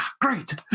great